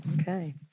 Okay